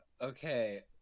Okay